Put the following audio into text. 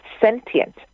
sentient